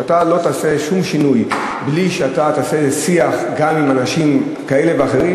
שאתה לא תעשה שום שינוי בלי שיח גם עם אנשים אלה ואחרים,